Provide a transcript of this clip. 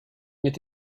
mit